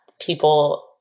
people